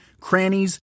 crannies